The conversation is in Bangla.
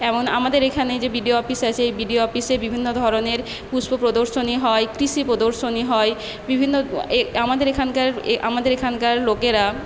এবং আমাদের এখানে যে বি ডি অফিস আছে এই বি ডি অফিসে বিভিন্ন ধরনের পুষ্প প্রদর্শনী হয় কৃষি প্রদর্শনী হয় বিভিন্ন এ আমাদের এখানকার এ আমাদের এখানকার লোকেরা